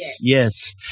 Yes